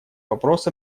вопрос